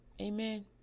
amen